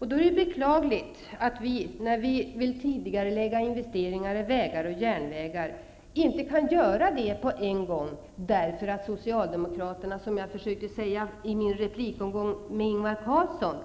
Det är då beklagligt att vi, när vi vill tidigarelägga investeringar av vägar och järnvägar, inte kan göra det omedelbart därför att Socialdemokraterna inte har förberett för några sådana investeringar. Jag försökte säga det tidigare vid min replikomgång med Ingvar Carlsson.